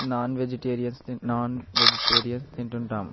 non vegetarians non vegetarians తింటుంటాం